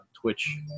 Twitch